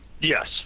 Yes